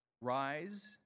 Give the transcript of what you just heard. Rise